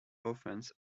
offence